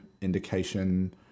indication